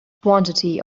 quantity